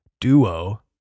duo